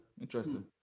interesting